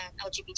LGBT